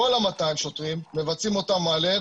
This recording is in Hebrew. כל ה-200 שוטרים מבצעים אותם מהלב,